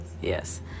Yes